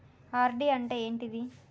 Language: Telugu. ఆర్.డి అంటే ఏంటిది?